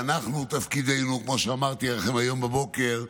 ותפקידנו, כמו שאמרתי לכם היום בבוקר,